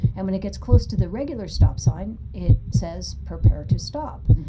and when it gets close to the regular stop sign, it says, prepare to stop.